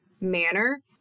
manner